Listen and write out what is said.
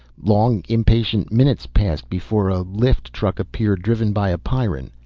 long, impatient minutes passed before a lift truck appeared driven by a pyrran.